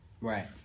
Right